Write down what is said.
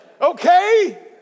Okay